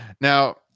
Now